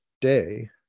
day